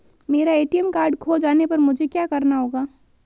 मेरा ATM card खो जाने पर मुझे क्या करना होगा?